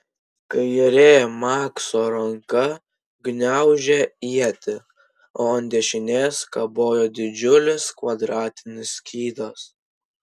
kairė makso ranka gniaužė ietį o ant dešinės kabojo didžiulis kvadratinis skydas